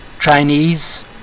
Chinese